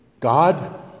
God